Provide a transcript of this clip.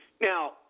Now